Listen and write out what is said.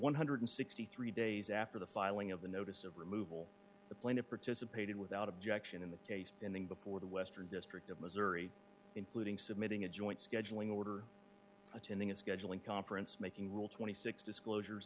one hundred and sixty three dollars days after the filing of the notice of removal the plaintiff participated without objection in the case pending before the western district of missouri including submitting a joint scheduling order attending a scheduling conference making rule twenty six disclosure